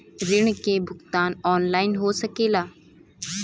ऋण के भुगतान ऑनलाइन हो सकेला?